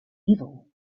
evil